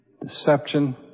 Deception